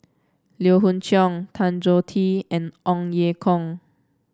Lee Hoon Leong Tan Choh Tee and Ong Ye Kung